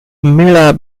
miller